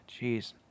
jeez